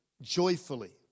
joyfully